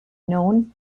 known